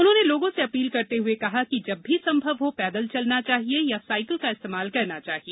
उन्होंने लोगों से अपील करते हुए कहा कि जब भी संभव हो लोगों को पैदल चलना चाहिए या साईकिल का इस्तेमाल करना चाहिए